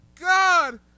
God